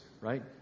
right